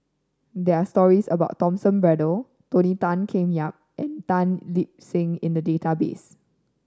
there are stories about Thomas Braddell Tony Tan Keng Yam and Tan Lip Seng in the database